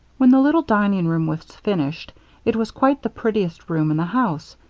when the little dining-room was finished it was quite the prettiest room in the house,